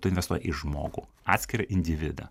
tu investuoji į žmogų atskirą individą